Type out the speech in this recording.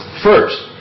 First